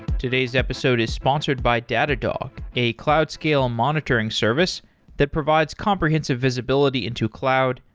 today's episode is sponsored by datadog, a cloud scale monitoring service that provides comprehensive visibility into cloud,